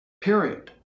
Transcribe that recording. Period